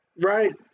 Right